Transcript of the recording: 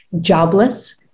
jobless